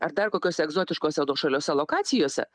ar dar kokiose egzotiškose nuošaliose lokacijose